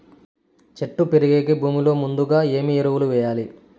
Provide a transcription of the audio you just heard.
చెట్టు పెరిగేకి భూమిలో ముందుగా ఏమి ఎరువులు వేయాలి?